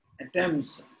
attempts